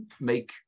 make